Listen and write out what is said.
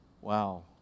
Wow